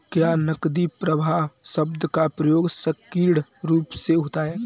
क्या नकदी प्रवाह शब्द का प्रयोग संकीर्ण रूप से होता है?